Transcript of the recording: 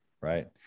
Right